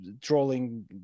trolling